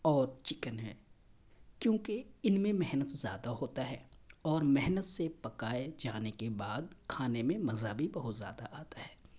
اور چکن ہے کیونکہ ان میں محنت زیادہ ہوتا ہے اور محنت سے پکائے جانے کے بعد کھانے میں مزہ بھی بہت زیادہ آتا ہے